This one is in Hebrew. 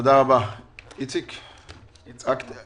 יצחק מלכה.